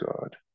God